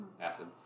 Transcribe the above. acid